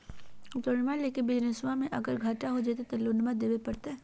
लोनमा लेके बिजनसबा मे अगर घाटा हो जयते तो लोनमा देवे परते?